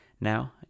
now